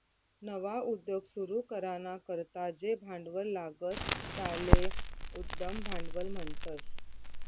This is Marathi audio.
नवा उद्योग सुरू कराना करता जे भांडवल लागस त्याले उद्यम भांडवल म्हणतस